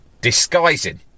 disguising